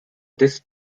this